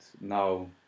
now